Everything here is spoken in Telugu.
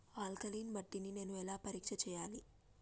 ఆల్కలీన్ మట్టి ని నేను ఎలా పరీక్ష చేయాలి?